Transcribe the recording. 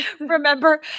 Remember